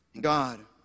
God